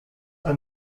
are